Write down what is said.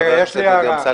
חבר הכנסת אמסלם.